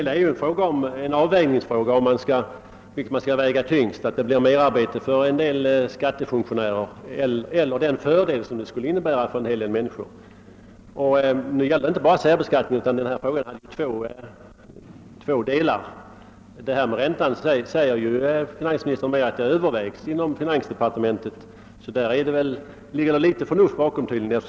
Herr talman! Det hela gäller vilket som skall väga tyngst, att det blir merarbete för en del skattefunktionärer eller att man uppnår den fördel en ändring skulle innebära för en hel del människor. Det gäller inte bara särbeskatt ningen, utan denna fråga har två delar. I fråga om räntan säger finansministern att saken övervägs inom finansdepartementet, och då måtte det väl ligga något förnuft bakom.